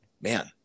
man